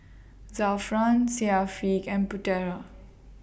Zafran Syafiq and Putera